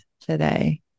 today